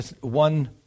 one